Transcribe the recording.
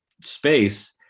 space